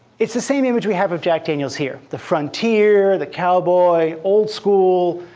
it's the same image we have of jack daniels here, the frontier, the cowboy, old school.